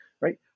right